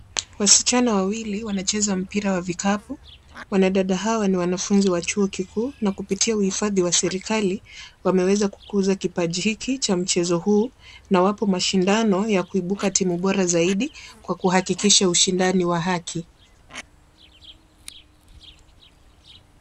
Wasichana wawili wanacheza mpira wa vikapu. Wanadada hawa ni wanafunzi wa chuo kikuu na kupitia huhifadhi wa serkali wameweza kukuza kipaji hiki cha mchezo huu na wapo mashindano ya kuipuka timu bora zaidi kwa kuhakikisha ushindani wa haki.